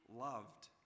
loved